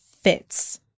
fits